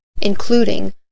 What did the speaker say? including